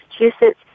Massachusetts